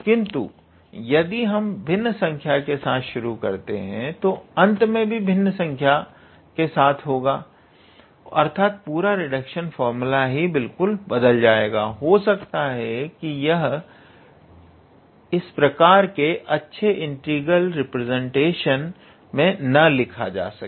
किंतु यदि हम भिन्न संख्या के साथ शुरू करते हैं तो अंत भी भिन्न संख्या के साथ होगा अर्थात पूरा रिडक्शन फार्मूला ही बिल्कुल बदल जाएगा हो सकता है यह इस प्रकार के अच्छे इंटीग्रल रिप्रेजेंटेशन मे ना लिखा जा सके